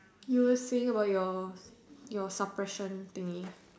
do you think about your your suppression thingy